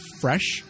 fresh